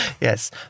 Yes